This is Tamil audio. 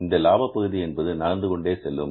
இந்த லாப பகுதி என்பது நகர்ந்து கொண்டே செல்லும்